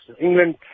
England